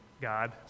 God